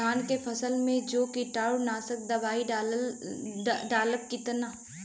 धान के फसल मे जो कीटानु नाशक दवाई डालब कितना?